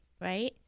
Right